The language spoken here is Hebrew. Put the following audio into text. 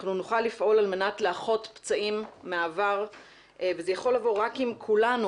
אנחנו נוכל לפעול על מנת לאחות פצעים מהעבר וזה יכול לבוא רק אם כולנו,